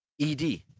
ED